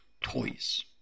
toys